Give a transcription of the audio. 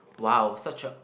!wow! such a